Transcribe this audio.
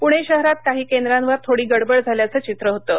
पुणे शहरात काही केंद्रांवर थोडी गडबड झाल्याचं चित्र होतं